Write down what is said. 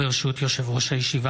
ברשות יושב-ראש הישיבה,